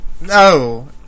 No